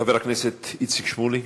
חבר הכנסת איציק שמולי,